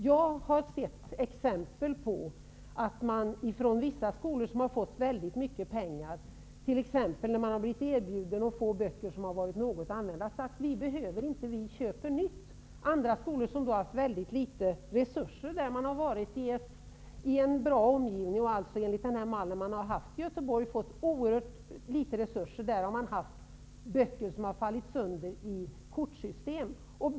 Jag har sett exempel på att man i vissa skolor som har fått väldigt mycket pengar, t.ex. när man har blivit erbjuden böcker som har varit något använda, har sagt: Vi behöver dem inte. Vi köper nytt. Andra skolor har haft väldigt små resurser. De har legat i bra omgivningar och alltså enligt den mall som har följts i Göteborg fått oerhört små resurser. I dessa skolor har man haft böcker som har fallit sönder i kortsystem.